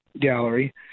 Gallery